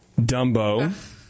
Dumbo